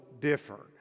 different